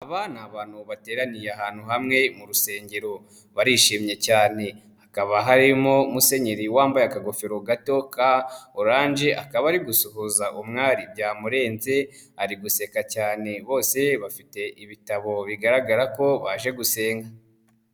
Aba ni abantu bateraniye ahantu hamwe mu rusengero, barishimye cyane hakaba harimo musenyeri wambaye akagofero gato ka oranje, akaba ari gusuhuza umwari byamurenze, ari guseka cyane bose bafite ibitabo bigaragara ko baje gusenga.